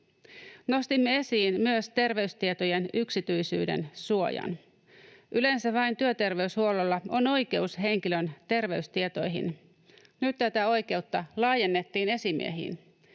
Nostimme esiin myös terveystietojen yksityisyyden suojan. Yleensä vain työterveyshuollolla on oikeus henkilön terveystietoihin. Nyt tätä oikeutta laajennettiin esimiehiin.